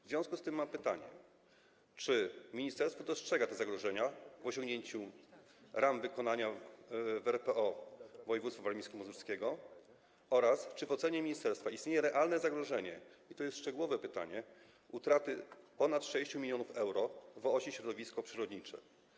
W związku z tym mam pytanie: Czy ministerstwo dostrzega te zagrożenia w osiągnięciu ram wykonania RPO w województwie warmińsko-mazurskim oraz czy w ocenie ministerstwa istnieje realne zagrożenie - i to jest szczegółowe pytanie - utraty ponad 6 mln euro w osi: środowisko przyrodnicze?